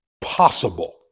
possible